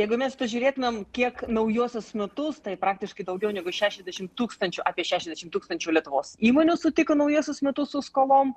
jeigu mes pažiūrėtumėm kiek naujuosius metus tai praktiškai daugiau negu šešiasdešim tūkstančių apie šešiasdešim tūkstančių lietuvos įmonių sutiko naujuosius metus su skolom